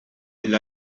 del